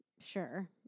Sure